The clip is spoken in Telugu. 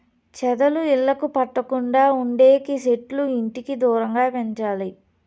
చెదలు ఇళ్లకు పట్టకుండా ఉండేకి సెట్లు ఇంటికి దూరంగా పెంచాలి